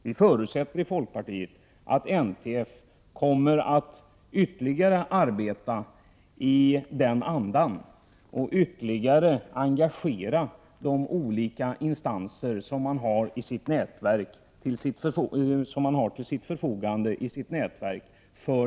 Vi i folkpartiet förutsätter att NTF kommer att arbeta i samma anda och att man än mer kommer att engagera de olika instanser som står till förfogande i det egna nätverket.